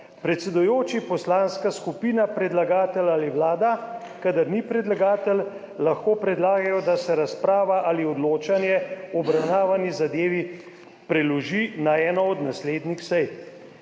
Predsedujoči, poslanska skupina, predlagatelj ali vlada, kadar ni predlagatelj, lahko predlagajo, da se razprava ali odločanje o obravnavani zadevi preloži na eno od naslednjih sej.